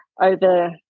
over